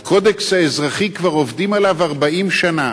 שעל הקודקס האזרחי כבר עובדים 40 שנה.